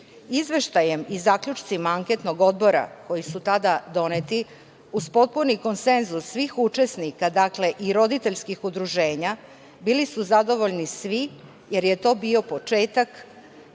SPS.Izveštajem i zaključcima Anketnog odbora koji su tada doneti, uz potpuni konsenzus svih učesnika, dakle, i roditeljskih udruženja, bili su zadovoljni svi, jer je to bio početak